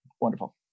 wonderful